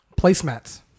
placemats